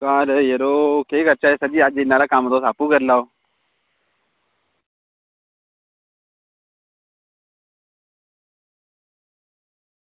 घर यरो सरजी केह् करचै अज्ज इन्ना हारा कम्म तुस आपूं करी लैओ